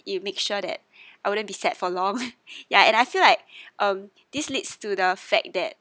it make sure that I wouldn't be sad for long ya and I feel like um this leads to the fact that